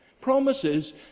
promises